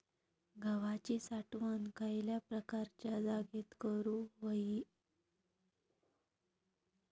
गव्हाची साठवण खयल्या प्रकारच्या जागेत करू होई?